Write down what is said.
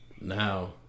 Now